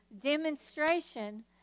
Demonstration